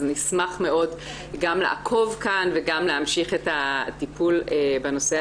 נשמח מאוד גם לעקוב כאן וגם להמשיך את הטיפול בנושא הזה.